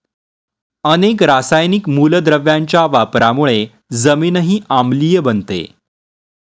अनेक रासायनिक मूलद्रव्यांच्या वापरामुळे जमीनही आम्लीय बनते